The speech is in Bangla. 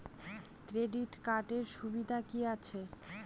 ক্রেডিট কার্ডের সুবিধা কি আছে?